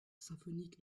symphonique